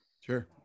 sure